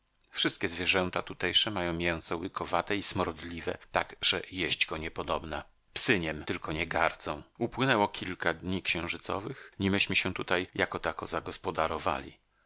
wszystkie zwierzęta tutejsze mają mięso łykowate i smrodliwe tak że jeść go niepodobna psy niem tylko nie gardzą upłynęło kilka dni księżycowych nimeśmy się tutaj jako tako zagospodarowali